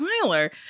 Tyler